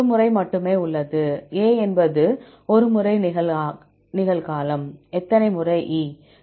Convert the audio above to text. ஒரு முறை மட்டுமே உள்ளது A என்பது ஒரு முறை நிகழ்காலம் எத்தனை முறை E